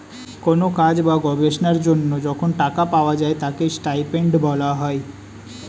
কোন কাজ বা গবেষণার জন্য যখন টাকা পাওয়া যায় তাকে স্টাইপেন্ড বলা হয়